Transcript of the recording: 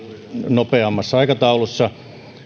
nopeammassa aikataulussa